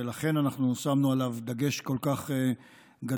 ולכן שמנו עליו דגש כל כך גדול.